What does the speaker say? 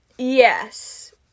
Yes